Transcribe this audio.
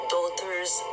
Daughters